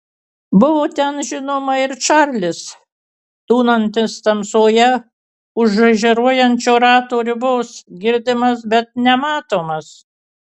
buvo ten žinoma ir čarlis tūnantis tamsoje už žaižaruojančio rato ribos girdimas bet nematomas